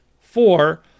four